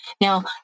Now